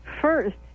first